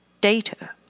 data